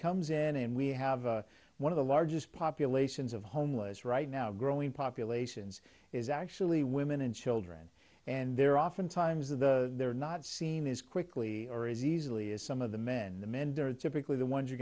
comes in and we have one of the largest populations of homeless right now growing populations is actually women and children and they're oftentimes the they're not seen as quickly or as easily as some of the men the men are typically the ones